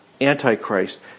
Antichrist